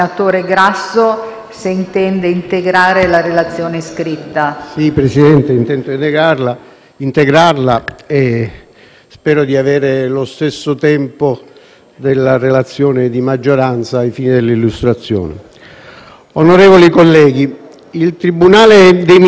integrarla e spero di avere lo stesso tempo concesso al relatore di maggioranza ai fini dell'illustrazione. Onorevoli colleghi, il tribunale dei Ministri di Catania ha ravvisato nei fatti del caso Diciotti un'ipotesi di reato